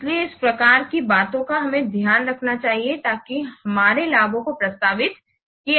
इसलिए इस प्रकार की बातों का हमें ध्यान रखना चाहिए ताकि हमारे लाभों को प्रभावित किया जा सके